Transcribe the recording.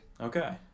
okay